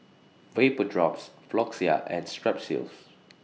Vapodrops Floxia and Strepsils